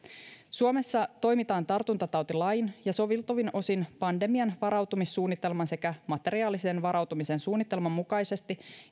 suomessa toimitaan tartuntatautilain ja soveltuvin osin pandemian varautumissuunnitelman sekä materiaalisen varautumisen suunnitelman mukaisesti